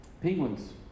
Penguins